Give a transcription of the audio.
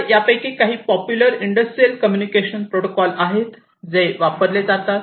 आता यापैकी काही पाप्युलर इंडस्ट्रियल कम्युनिकेशन प्रोटोकॉल आहेत जे वापरले जातात